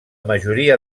majoria